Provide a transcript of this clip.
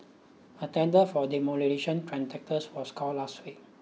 a tender for demolition contractors was called last week